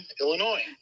Illinois